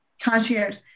Concierge